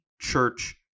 church